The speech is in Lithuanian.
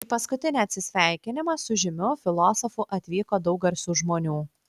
į paskutinį atsisveikinimą su žymiu filosofu atvyko daug garsių žmonių